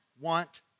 want